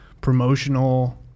promotional